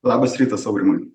labas rytas aurimai